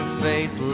face